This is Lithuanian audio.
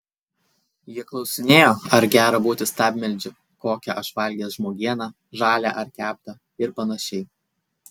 jie klausinėjo ar gera būti stabmeldžiu kokią aš valgęs žmogieną žalią ar keptą ir panašiai